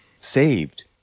saved